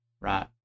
right